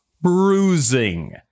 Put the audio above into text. bruising